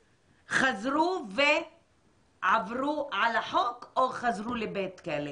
חזרו ועברו על החוק או חזרו לבית הכלא.